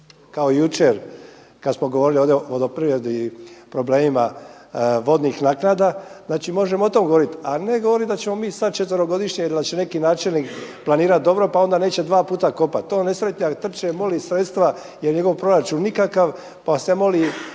kao jučer kad smo govorili ovdje o vodoprivredi i problemima vodnih naknada. Znači, možemo o tome govoriti, a ne govorit da ćemo mi sad četverogodišnje ili da će neki načelnik planirati dobro, pa onda neće dva puta kopati. To …/Govornik se ne razumije./… trče, moli sredstva jer je njegov proračun nikakav pa se moli